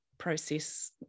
process